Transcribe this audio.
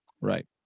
Right